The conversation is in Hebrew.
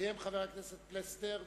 יסיים חבר הכנסת פלסנר,